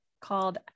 called